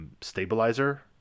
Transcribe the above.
stabilizer